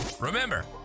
Remember